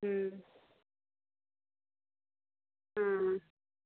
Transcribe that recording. हां हां